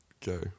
go